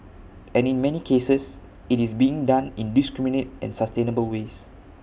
and in many cases IT is being done in indiscriminate and sustainable ways